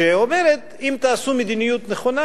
שאומרת: אם תעשו מדיניות נכונה,